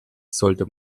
sollte